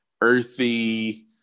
earthy